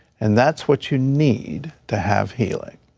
and that's what you need to have healing.